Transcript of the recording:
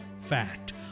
Fact